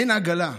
אין עגלה,